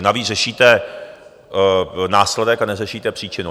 Navíc řešíte následek a neřešíte příčinu.